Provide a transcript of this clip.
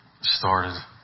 started